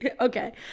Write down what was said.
Okay